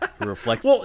reflects